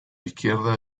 izquierda